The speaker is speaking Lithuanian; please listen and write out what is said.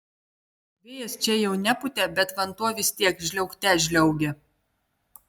vėjas čia jau nepūtė bet vanduo vis tiek žliaugte žliaugė